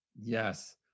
Yes